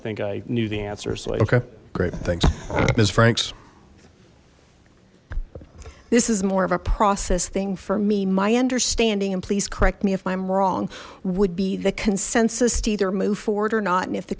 think i knew the answer so i okay great things miss frank's this is more of a process thing for me my understanding and please correct me if i'm wrong would be the consensus to either move forward or not and if the